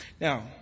Now